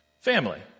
Family